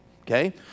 Okay